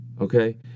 okay